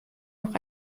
noch